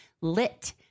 Lit